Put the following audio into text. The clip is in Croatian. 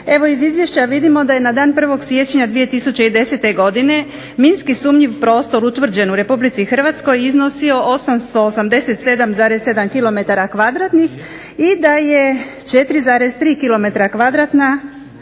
Evo iz izvješća vidimo da je na dan 1. siječnja 2010. godine minski sumnjiv prostor utvrđen u Republici Hrvatskoj iznosio 887,7 kilometara